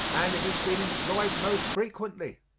and it has been employed most frequently.